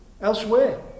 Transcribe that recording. elsewhere